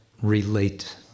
relate